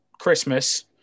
Christmas